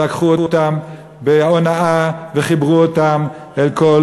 לקחו אותם בהונאה וחיברו אותם אל כל